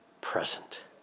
present